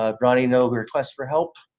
ah ronnie, no requests for help,